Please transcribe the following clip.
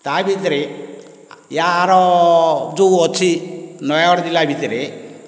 ତା'ଭିତରେ ୟାର ଯେଉଁ ଅଛି ନୟାଗଡ଼ ଜିଲ୍ଲା ଭିତରେ